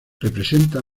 representa